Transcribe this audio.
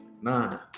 Nine